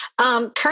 Currently